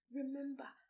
remember